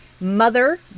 Mother